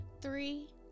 three